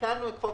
ותיקנו את חוק